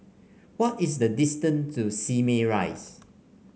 what is the distance to Simei Rise